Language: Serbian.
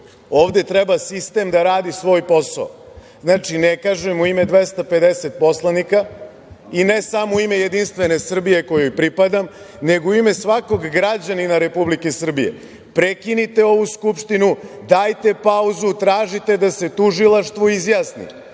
ovde treba sistem da radi svoj posao. Znači, ne kažem u ime 250 poslanika i ne samo u ime Jedinstvene Srbije kojoj pripadam, nego u ime svakog građanina Republike Srbije, prekinite ovu Skupštinu, dajte pauzu, tražite da se tužilaštvo izjasni.